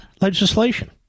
legislation